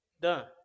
done